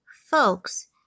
folks